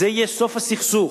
זה יהיה סוף הסכסוך.